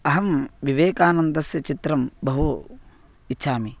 अहं विवेकानन्दस्य चित्रं बहु इच्छामि